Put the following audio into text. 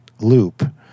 loop